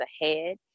ahead